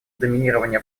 доминирования